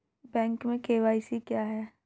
Bank में KYC क्या है?